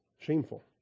shameful